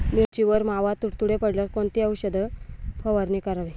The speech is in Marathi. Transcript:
मिरचीवर मावा, तुडतुडे पडल्यास कोणती औषध फवारणी करावी?